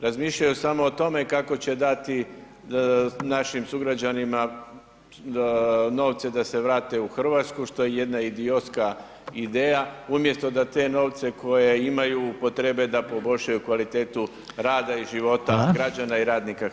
Razmišljaju samo o tome kako će dati našim sugrađanima novce da se vrate u RH, što je jedna idiotska ideja, umjesto da te novce koje imaju upotrebe da poboljšaju kvalitetu rada i života [[Upadica: Hvala]] građana i radnika u RH.